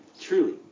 truly